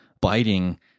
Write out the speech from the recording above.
biting